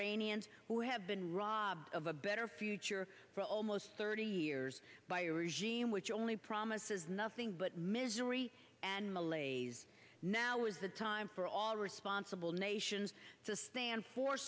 raney and who have been robbed of a better future for almost thirty years by your regime which only promises nothing but misery and malays now is the time for all responsible nations to stand for